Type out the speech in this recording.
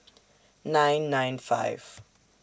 nine nine five